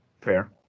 Fair